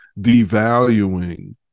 devaluing